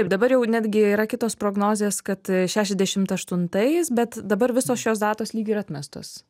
dabar jau netgi yra kitos prognozės kad šešiasdešimt aštuntais bet dabar visos šios datos lyg ir atmestos